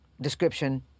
description